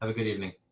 ah good evening.